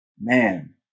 man